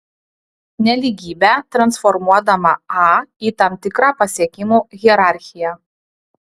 nelygybę transformuodama a į tam tikrą pasiekimų hierarchiją